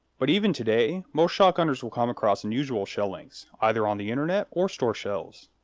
but even today, most shotgunners will come across unusual shell lengths either on the internet, or store shelves.